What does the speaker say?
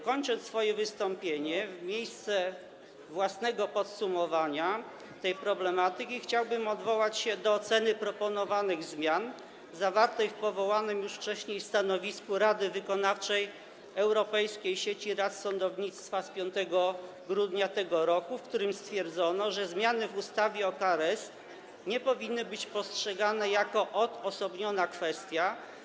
Kończąc swoje wystąpienie, w miejsce własnego podsumowania tej problematyki chciałbym odwołać się do oceny proponowanych zmian zawartej w powołanym już wcześniej stanowisku Rady Wykonawczej Europejskiej Sieci Rad Sądownictwa z 5 grudnia tego roku, w którym stwierdzono, że: Zmiany w ustawie o KRS nie powinny być postrzegane jako odosobniona kwestia.